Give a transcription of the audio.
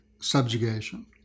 subjugation